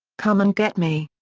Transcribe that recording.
come and get me!